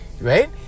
Right